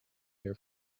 their